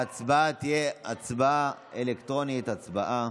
ההצבעה תהיה הצבעה אלקטרונית, הצבעה.